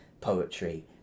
poetry